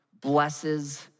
blesses